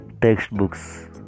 textbooks